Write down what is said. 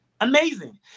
Amazing